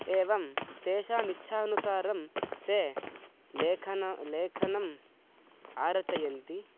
एवं तेषामिच्छानुसारं ते लेखनं लेखनम् आरचयन्ति